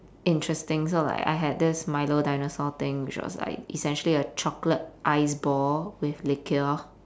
interesting so like I had this milo dinosaur thing which was like essentially a chocolate ice ball with liquor